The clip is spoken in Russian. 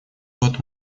год